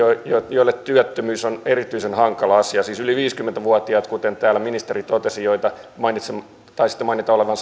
joille työttömyys on erityisen hankala asia siis yli viisikymmentä vuotiaat kuten täällä ministeri totesi joita taisitte mainita olevan